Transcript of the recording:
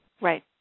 Right